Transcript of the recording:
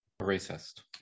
racist